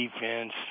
defense